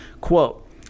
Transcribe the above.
Quote